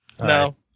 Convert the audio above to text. No